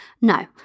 No